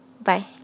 bye